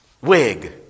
wig